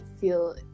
feel